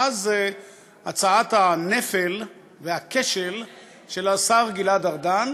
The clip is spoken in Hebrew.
מאז הצעת הנפל והכשל של השר גלעד ארדן